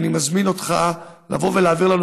אני מזמין אותך להעביר לנו,